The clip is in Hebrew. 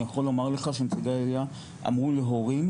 אני יכול לומר לך שאמרו להורים